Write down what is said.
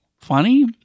funny